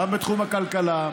גם בתחום הכלכלה,